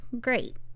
Great